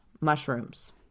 mushrooms